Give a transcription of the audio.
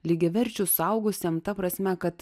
lygiaverčiu suaugusiam ta prasme kad